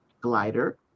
glider